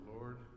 Lord